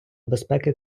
безпеки